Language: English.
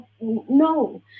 no